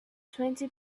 twenty